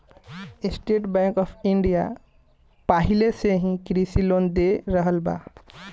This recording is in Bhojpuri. स्टेट बैंक ऑफ़ इण्डिया पाहिले से ही कृषि लोन दे रहल बा